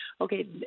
Okay